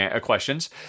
questions